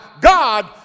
God